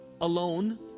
alone